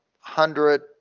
hundred